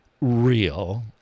real